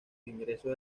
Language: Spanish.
ingresos